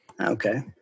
Okay